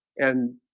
and